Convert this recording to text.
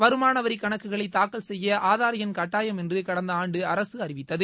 வருமானவரி கணக்குகளை தாக்கல் செய்ய ஆதார் எண் கட்டாயம் என்று கடந்த ஆண்டு அரசு அறிவித்தது